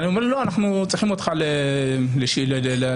הוא אומר: אנחנו צריכים אותך פה לתחנה.